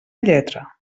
lletra